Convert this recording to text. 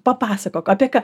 papasakok apie ką